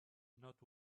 not